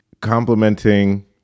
complimenting